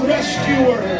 Rescuer